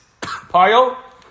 pile